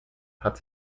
hat